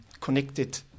connected